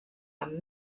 amb